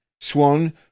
Swan